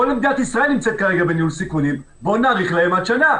כל מדינת ישראל נמצאת כרגע בניהול סיכונים בואו נאריך להם עד שנה.